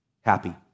happy